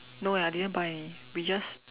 no eh I didn't buy any we just